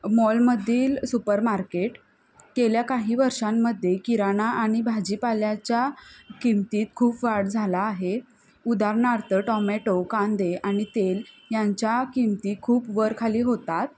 मॉलमधील supermarket गेल्या काही वर्षांमध्ये किराणा आणि भाजीपाल्याच्या किंमतीत खूप वाढ झाला आहे उदारणार्थ टोमॅटो कांदे आणि तेल यांच्या किंमती खूप वर खाली होतात